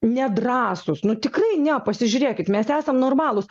nedrąsūs nu tikrai ne pasižiūrėkit mes esam normalūs